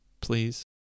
please